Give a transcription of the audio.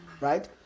Right